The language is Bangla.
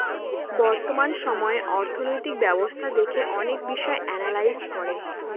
বর্তমান সময়ে অর্থনৈতিক ব্যবস্থা দেখে অনেক বিষয় এনালাইজ করে